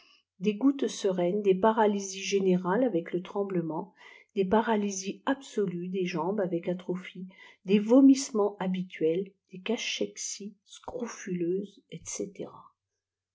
des gouttes sereines des paralysies générales avec le tremblement dès paralysies absolues des jambes avec atrophie des vomissements habituels des cachexies scrofuleuses etc